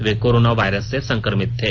वे corona virus से संक्रमित थे